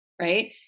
right